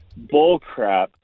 bullcrap